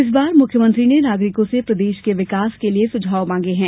इस बार मुख्यमंत्री ने नागरिकों से प्रदेश को विकास के लिये सुझाव मांगे हैं